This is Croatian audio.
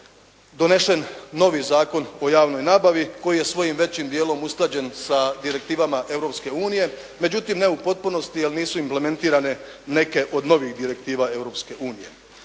donesen novi Zakon o javnoj nabavi, koji je svojim većim dijelom usklađen sa direktivama Europske unije. Međutim, evo u potpunosti jel' nisu implementirane neke od novih direktiva